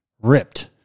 ripped